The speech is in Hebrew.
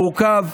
מורכב,